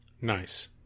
Nice